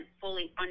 fully